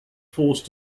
forced